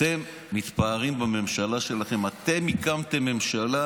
אתם מתפארים בממשלה שלכם, אתם הקמתם ממשלה